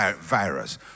virus